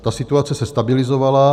Ta situace se stabilizovala.